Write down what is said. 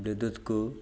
ବିଦ୍ୟୁତକୁ